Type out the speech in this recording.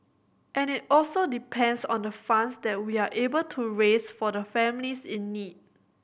and it also depends on the funds that we are able to raise for the families in need